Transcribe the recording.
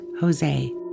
Jose